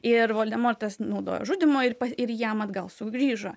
ir voldemortas naudojo žudymo ir ir jam atgal sugrįžo